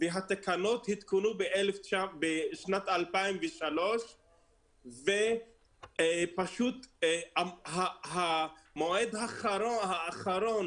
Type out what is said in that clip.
והתקנות עודכנו בשנת 2003. המועד האחרון